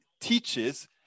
teaches